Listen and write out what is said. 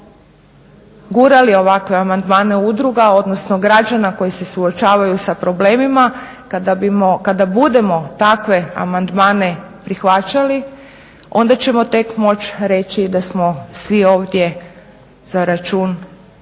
kad budemo gurali ovakve amandmane udruga, odnosno građana koji se suočavaju sa problemima, kada budemo takve amandmane prihvaćali onda ćemo tek moć reći da smo svi ovdje za račun samo